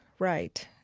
right.